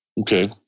Okay